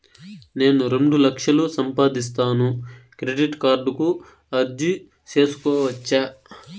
నేను రెండు లక్షలు సంపాదిస్తాను, క్రెడిట్ కార్డుకు అర్జీ సేసుకోవచ్చా?